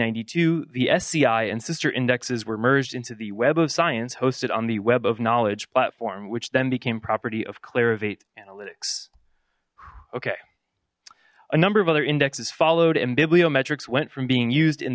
ninety two the sei and sister indexes were merged into the web of science hosted on the web of knowledge platform which then became property of clara veit analytics okay a number of other indexes followed and bibliometrics went from being used in